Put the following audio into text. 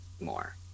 more